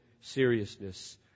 seriousness